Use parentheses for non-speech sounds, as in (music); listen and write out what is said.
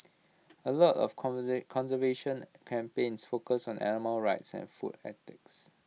A lot of (unintelligible) conservation campaigns focus on animal rights and food ethics